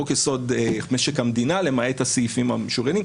חוק יסוד: משק המדינה למעט הסעיפים המשוריינים.